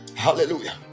Hallelujah